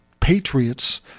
patriots